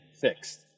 fixed